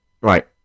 Right